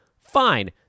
Fine